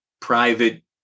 private